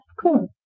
Cool